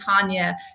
Tanya